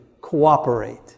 cooperate